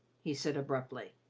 he said abruptly.